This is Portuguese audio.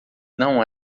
não